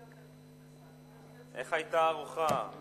איך היתה הארוחה?